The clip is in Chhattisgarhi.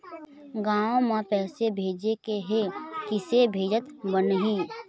गांव म पैसे भेजेके हे, किसे भेजत बनाहि?